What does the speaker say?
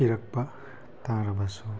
ꯏꯔꯛꯄ ꯇꯥꯔꯕꯁꯨ